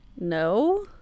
No